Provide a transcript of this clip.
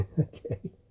okay